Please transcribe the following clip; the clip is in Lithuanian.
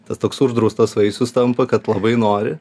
tas toks uždraustas vaisius tampa kad labai nori